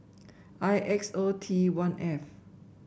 I X O T one F